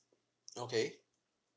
okay